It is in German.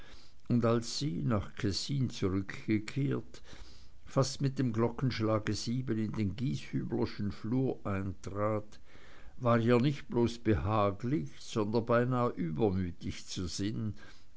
und als sie nach kessin zurückgekehrt fast mit dem glockenschlag sieben in den gieshüblerschen flur eintrat war ihr nicht bloß behaglich sondern beinah übermütig zu sinn